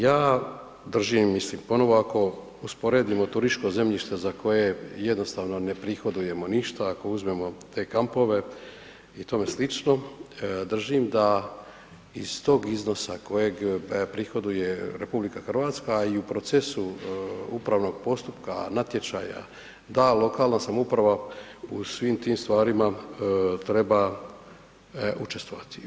Ja držim, mislim, ponovno ako usporedimo turističko zemljište za koje jednostavno ne prihodujemo ništa, ako uzmemo te kampove i tome slično, držim da iz tog iznosa kojeg prihoduje RH, a i u procesu upravnog postupka, natječaja, da lokalna samouprava u svim tim stvarima treba učestvovati.